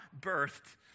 birthed